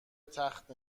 تخت